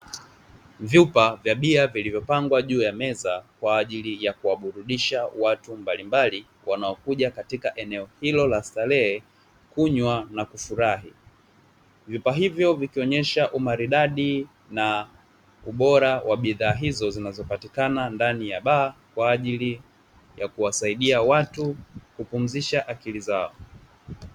Vyupa vya bia vilivyopangwa juu ya meza kwa ajili ya kuwaburudisha watu mbalimbali wanaokuja katika eneo hilo la starehe kunywa na kufurahi, vyupa hivyo vikionesha umaridadi na ubora wa bidhaa hizo zinazopatikana ndani ya baa kwa ajili ya kuwasaidia watu kupumzisha akili zao.